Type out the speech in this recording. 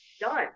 done